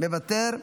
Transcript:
מוותר,